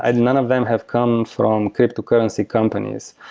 and none of them have come from cryptocurrency companies.